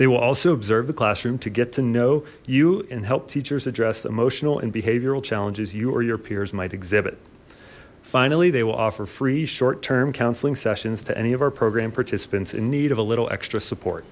they will also observe the classroom to get to know you and help teachers address emotional and behavioral challenges you or your peers might exhibit finally they will offer free short term counseling sessions to any of our program participants in need of a little extra support